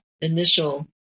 initial